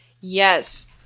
Yes